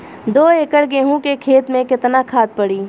दो एकड़ गेहूँ के खेत मे केतना खाद पड़ी?